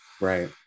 right